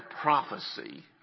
prophecy